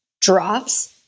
drops